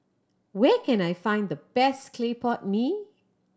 where can I find the best clay pot mee